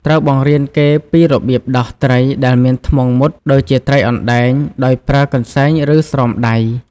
ត្រូវបង្រៀនគេពីរបៀបដោះ ត្រីដែលមានធ្មង់មុត ដូចជាត្រីអណ្ដែង ដោយប្រើកន្សែង ឬស្រោមដៃ។